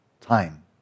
Time